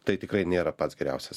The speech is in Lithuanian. tai tikrai nėra pats geriausias